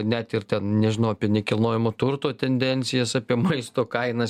net ir ten nežinau apie nekilnojamo turto tendencijas apie maisto kainas